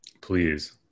Please